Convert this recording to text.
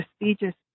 prestigious